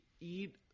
eat